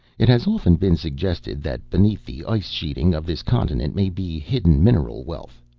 it has often been suggested that beneath the ice sheeting of this continent may be hidden mineral wealth.